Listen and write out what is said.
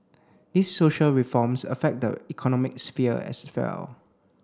these social reforms affect the economic sphere as well